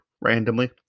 randomly